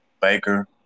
Baker